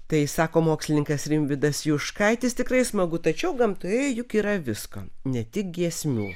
tai sako mokslininkas rimvydas juškaitis tikrai smagu tačiau gamtoje juk yra visko ne tik giesmių